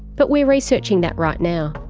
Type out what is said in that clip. but we're researching that right now.